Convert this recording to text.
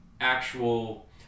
actual